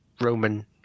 Roman